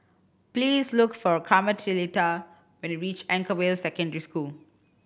please look for Carmelita when you reach Anchorvale Secondary School